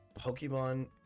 pokemon